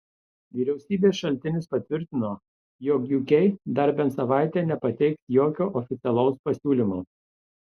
vyriausybės šaltinis patvirtino jog jk dar bent savaitę nepateiks jokio oficialaus pasiūlymo